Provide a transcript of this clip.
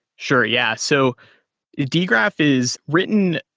sure. yeah. so dgraph is written.